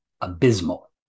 abysmal